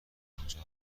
آنجا